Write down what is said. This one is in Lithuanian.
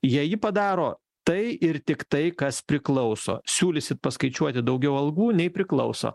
jei ji padaro tai ir tik tai kas priklauso siūlysit paskaičiuoti daugiau algų nei priklauso